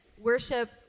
worship